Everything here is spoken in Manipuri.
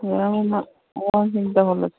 ꯑꯃ ꯑꯉꯥꯡꯁꯤꯡ ꯇꯧꯍꯜꯂꯁꯤ